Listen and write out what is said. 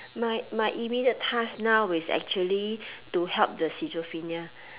my my immediate task now is actually to help the schizophrenia